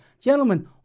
Gentlemen